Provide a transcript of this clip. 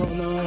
no